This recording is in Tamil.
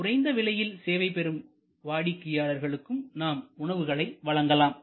குறைந்த விலையில் சேவை பெறும் வாடிக்கையாளர்களுக்கும் உணவுகளை நாம் வழங்கலாம்